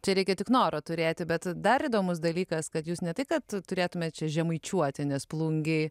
čia reikia tik noro turėti bet dar įdomus dalykas kad jūs ne tai kad turėtumėt čia žemaičiuoti nes plungėj